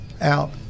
out